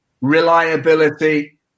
reliability